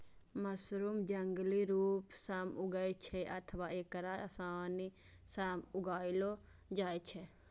mushroom जंगली रूप सं उगै छै अथवा एकरा आसानी सं उगाएलो जाइ छै